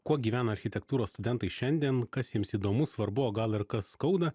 kuo gyvena architektūros studentai šiandien kas jiems įdomu svarbu o gal ir kas skauda